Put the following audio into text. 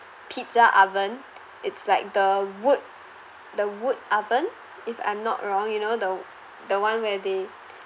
pizza oven it's like the wood the wood oven if I'm not wrong you know the the one where they